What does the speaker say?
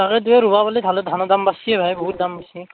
তাকেতো এই ৰুবা পাৰলি ভাল হয় ধানৰ দাম বাচ্চিই ভাই বহুত দাম বাচ্চি